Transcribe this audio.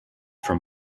from